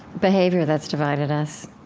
behavior that's divided us,